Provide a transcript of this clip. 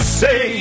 say